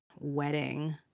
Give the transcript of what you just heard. wedding